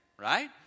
Right